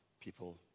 people